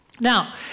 now